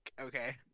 okay